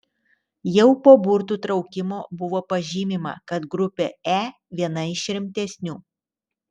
jau po burtų traukimo buvo pažymima kad grupė e viena iš rimtesnių